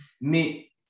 Mais